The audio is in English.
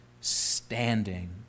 standing